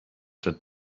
that